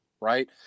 right